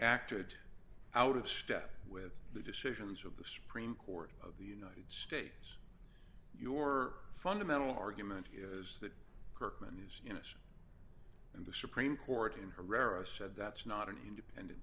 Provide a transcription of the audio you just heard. acted out of step with the decisions of the supreme court of the united states your fundamental argument here is that kirkman as you know in the supreme court in herrera said that's not an independent